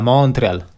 Montreal